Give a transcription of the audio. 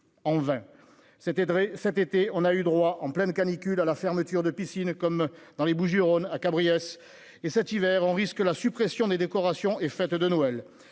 très cet été, on a eu droit en pleine canicule, à la fermeture de piscine, comme dans les Bouches-du-Rhône à Cabriès et cet hiver, on risque la suppression des décorations et fêtes de Noël